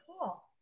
Cool